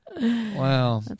Wow